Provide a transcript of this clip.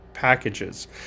packages